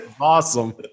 Awesome